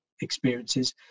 experiences